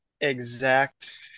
exact